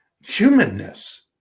humanness